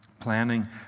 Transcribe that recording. planning